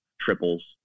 triples